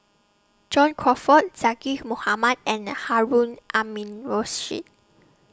John Crawfurd Zaqy Mohamad and Harun